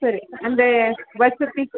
ಸರಿ ಅಂದರೆ ವಸತಿ